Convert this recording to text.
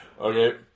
Okay